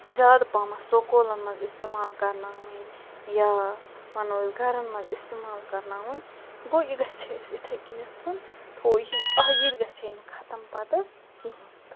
زیادٕ پَہمَتھ سکوٗلَن مَنٛز اِستعمال کَرناوٕنۍ یا وَنو أسۍ گھرَن مَنٛز اِستعمال کَرناوٕنۍ گوٚو یہِ گَژھہِ ہے اسہِ یِتھے کٔنۍ تھو یہِ آ یہِ تہِ گَژھہِ ہے نہٕ ختم پَتہٕ کِہیٖنۍ تہٕ